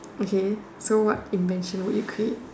okay so what invention would you create